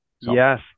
Yes